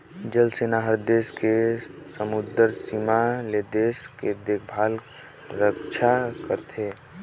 जल सेना हर देस के समुदरर सीमा ले देश के देखभाल रक्छा करथे